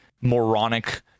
moronic